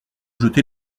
jeter